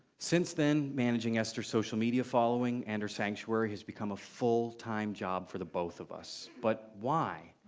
since then, managing esther's social media following and her sanctuary has become a full-time job for the both of us. but why,